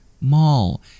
mall